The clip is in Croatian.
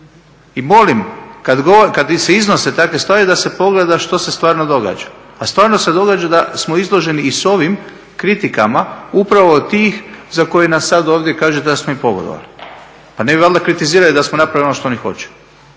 I molim kad se iznese takve stvari da se pogleda što se stvarno događa, a stvarno se događa da smo izloženi i s ovim kritikama upravo tih za koje nam sad ovdje kažete da smo im pogodovali. Pa ne bi valjda kritizirali da smo napravili ono što oni hoće.